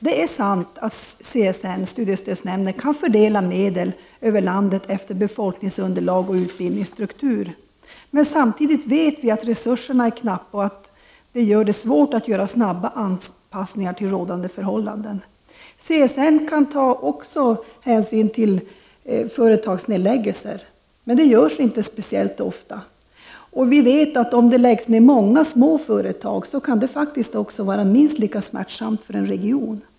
Det är sant att centrala studiestödsnämnden, CSN, kan fördela medel över landet efter befolkningsunderlag och utbildningsstruktur. Men samtidigt vet vi att resurserna är knappa och att detta gör det svårt att göra snabba anpassningar till rådande förhållanden. CSN kan vid sin medelsfördelning också ta hänsyn till företagsnedläggelser, men detta sker sällan, och vi vet också att nedläggning av många små företag kan vara något minst lika smärtsamt för en region.